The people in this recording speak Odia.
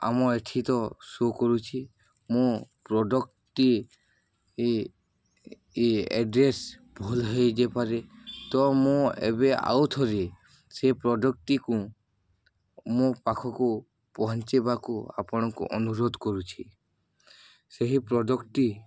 ଆମ ଏଇଠିି ତ ଶୋ କରୁଛି ମୁଁ ପ୍ରଡ଼କ୍ଟ୍ଟି ଏ ଏ ଏର୍ଡ଼୍ରେସ୍ ଭୁଲ୍ ହୋଇଯାଇପାରେ ତ ମୁଁ ଏବେ ଆଉ ଥରେ ସେ ପ୍ରଡ଼କ୍ଟ୍ଟିକୁ ମୋ ପାଖକୁ ପହଞ୍ଚାଇବାକୁ ଆପଣଙ୍କୁ ଅନୁରୋଧ କରୁଛି ସେହି ପ୍ରଡ଼କ୍ଟ୍ଟି